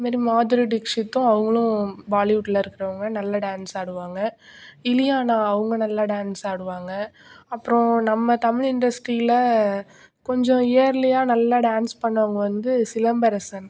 அதுமாரி மாதுரி தீக்ஷித் அவங்களும் பாலிவுட்டில் இருக்கிறவங்க நல்லா டான்ஸ் ஆடுவாங்க இலியானா அவங்க நல்லா டான்ஸ் ஆடுவாங்க அப்புறம் நம்ம தமிழ் இண்டஸ்ட்ரியில் கொஞ்சம் இயர்லியா நல்லா டான்ஸ் பண்ணுறவங்க வந்து சிலம்பரசன்